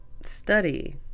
study